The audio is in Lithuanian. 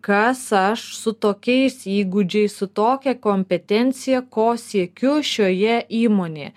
kas aš su tokiais įgūdžiais su tokia kompetencija ko siekiu šioje įmonėje